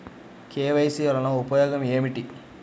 KYC వలన ఉపయోగం ఏమిటీ?